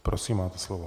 Prosím, máte slovo.